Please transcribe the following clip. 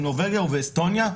בנורבגיה ובאסטוניה,